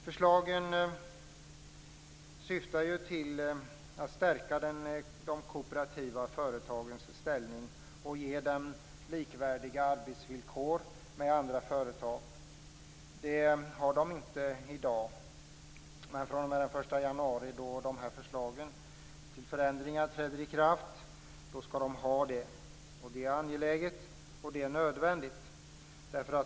Förslagen syftar till att stärka de kooperativa företagens ställning och ge dem likvärdiga arbetsvillkor med andra företag. Det har de inte i dag. fr.o.m. den 1 januari, då de föreslagna förändringarna träder i kraft, skall de ha det. Det är angeläget, och det är nödvändigt.